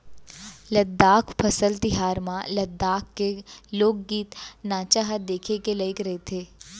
लद्दाख फसल तिहार म लद्दाख के लोकगीत, नाचा ह देखे के लइक रहिथे